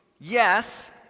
Yes